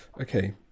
okay